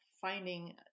finding